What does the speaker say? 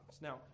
Now